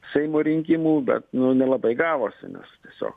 seimo rinkimų bet nelabai gavosi nes tiesiog